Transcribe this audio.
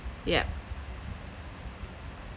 yup